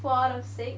four out of six